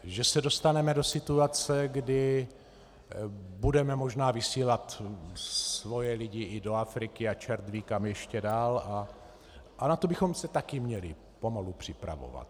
že se dostaneme do situace, kdy budeme možná vysílat svoje lidi i do Afriky a čertvíkam ještě dál ,a na to bychom se taky měli pomalu připravovat.